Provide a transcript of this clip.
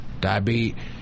Diabetes